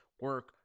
Work